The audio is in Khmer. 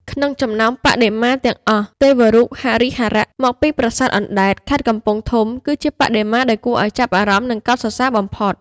ក្នុងចំណោមបដិមាទាំងអស់ ទេវរូបហរិហរៈ មកពីប្រាសាទអណ្តែត ខេត្តកំពង់ធំ គឺជាបដិមាដែលគួរឱ្យចាប់អារម្មណ៍ និងកោតសរសើរបំផុត។